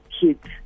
kids